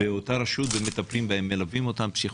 באותה רשות ומטפלים בהם, מלווים אותם פסיכולוגים,